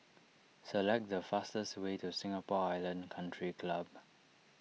select the fastest way to Singapore Island Country Club